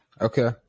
okay